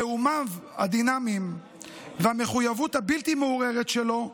נאומיו הדינמיים והמחויבות הבלתי-מעורערת שלו,